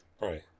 Right